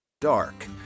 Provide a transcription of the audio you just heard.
Dark